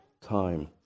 time